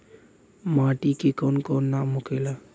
माटी के कौन कौन नाम होखेला?